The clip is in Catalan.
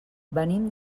venim